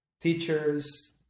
teachers